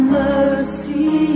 mercy